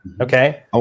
Okay